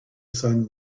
sun